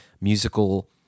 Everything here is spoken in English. musical